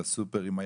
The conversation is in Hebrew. בסופרים,